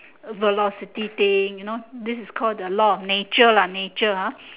velocity thing you know this is call the law of nature lah nature ah